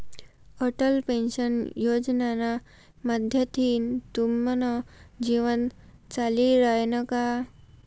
Atal pension योजनाना माध्यमथीन तुमनं जीवन चाली रायनं का?